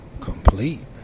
complete